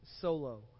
solo